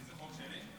כי זה חוק שלי.